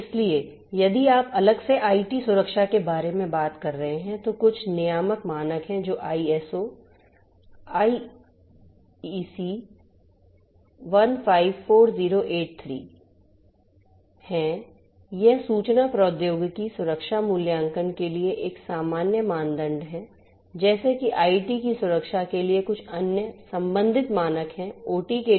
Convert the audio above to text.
इसलिए यदि आप अलग से आईटी सुरक्षा के बारे में बात कर रहे हैं तो कुछ नियामक मानक हैं जो आईएसओ आईईसी 154083 हैं यह सूचना प्रौद्योगिकी सुरक्षा मूल्यांकन के लिए एक सामान्य मानदंड है जैसे कि आईटी की सुरक्षा के लिए कुछ अन्य संबंधित मानक हैं ओटी के लिए